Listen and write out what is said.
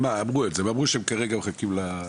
הם אמרו שכרגע הם מחכים לזה.